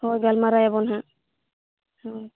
ᱦᱳᱭ ᱜᱟᱞᱢᱟᱨᱟᱣ ᱟᱵᱳᱱ ᱦᱟᱸᱜ ᱦᱳᱭ